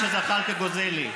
אני מבקש, הזמן שזחאלקה גוזל לי.